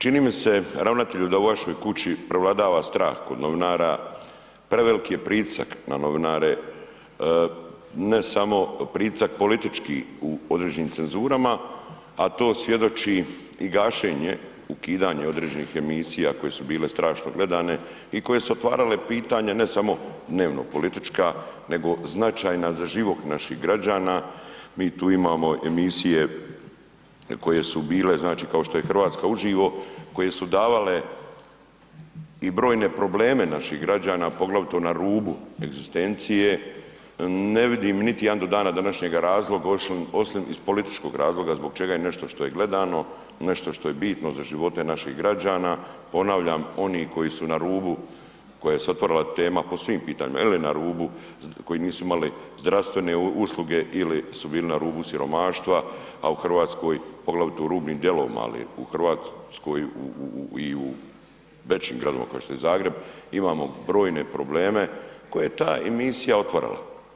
Čini mi se ravnatelju da u vašoj kući prevladava strah kod novinara, preveliki je pritisak na novinare, ne samo pritisak politički u određenim cenzurama, a to svjedoči i gašenje, ukidanje određenih emisija koje su bile strašno gledane i koje su otvarale pitanje ne samo dnevno politička, nego značajna za život naših građana, mi tu imamo emisije koje su bile znači kao što je Hrvatska uživo koje su davale i brojne probleme naših građana, poglavito na rubu egzistencije, ne vidim niti jedan do dana današnjeg razlog osim iz političkog razloga zbog čega je nešto što je gledano, nešto što je bitno za živote naših građana, ponavljam, oni koji su na rubu, koja se otvarala tema po svim pitanjima ili na rubu koji nisu imali zdravstvene usluge ili su bili na rubu siromaštva, a u RH, poglavito u rubnim dijelovima, ali u RH u, u, u, i u većim gradovima kao što je Zagreb imamo brojne probleme koje je ta emisija otvarala.